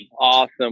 Awesome